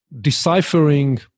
deciphering